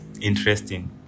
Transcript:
interesting